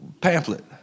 pamphlet